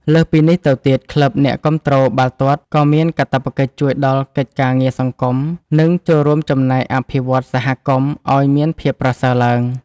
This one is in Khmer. លើសពីនេះទៅទៀតក្លឹបអ្នកគាំទ្របាល់ទាត់ក៏មានកាតព្វកិច្ចជួយដល់កិច្ចការងារសង្គម និង ចូលរួមចំណែកអភិវឌ្ឍសហគមន៍ឱ្យមានភាពប្រសើរឡើង។